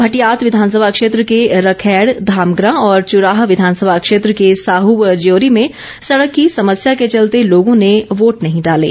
भटियात विधानसभा क्षेत्र के रखैड़ धामग्रां और चुराह विधानसभा क्षेत्र के साहू व ज्योरी में सड़क की समस्या के चलते लोगों ने वोट नहीं डाले